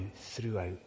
throughout